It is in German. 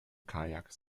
kajak